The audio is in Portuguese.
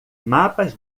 mapas